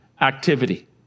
activity